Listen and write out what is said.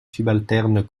subalterne